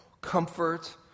comfort